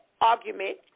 argument